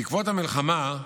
בעקבות המלחמה,